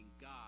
God